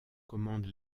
commande